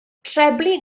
treblu